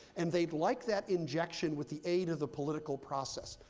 and they'd like that injection with the aid of the political process,